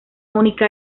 única